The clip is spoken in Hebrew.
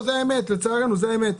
לצערנו זה האמת.